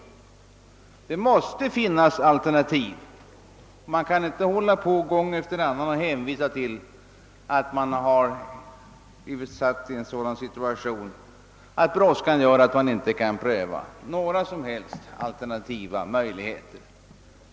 Det måste finnas alternativ. Man kan inte gång efter annan hänvisa till att man blivit försatt i den situationen, att man inte kan pröva några som helst alternativa möjligheter.